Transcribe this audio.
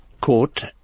court